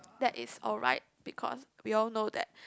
that is alright because we all know that